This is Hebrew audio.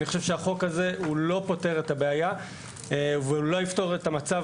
אני חושב שהחוק הזה לא פותר את הבעיה ולא יפתור את המצב